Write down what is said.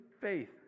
faith